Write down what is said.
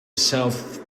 south